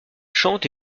chante